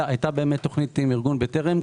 הייתה תוכנית עם ארגון בטרם.